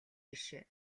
жишээ